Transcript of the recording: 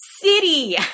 City